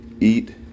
Eat